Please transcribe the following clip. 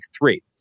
three